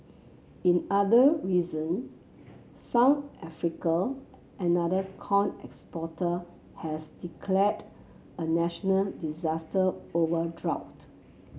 in other reason South Africa another corn exporter has declared a national disaster over drought